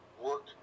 work